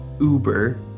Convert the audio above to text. Uber